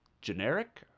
generic